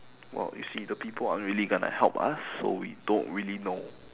well you see the people aren't really gonna help us so we don't really know